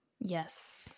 Yes